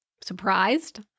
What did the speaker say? surprised